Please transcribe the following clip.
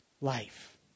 life